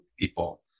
people